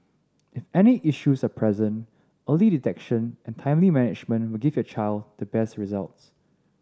if any issues are present early detection and timely management will give your child the best results